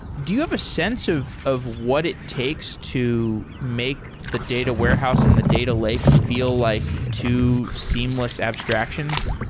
do you have a sense of of what it takes to make the data warehouse and the data lake feel like two seamless abstractions?